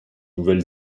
nouvelle